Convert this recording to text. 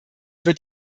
wird